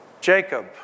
Jacob